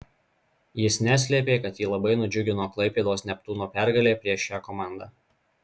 jis neslėpė kad jį labai nudžiugino klaipėdos neptūno pergalė prieš šią komandą